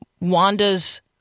Wanda's